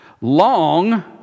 long